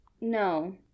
No